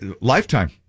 lifetime